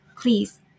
Please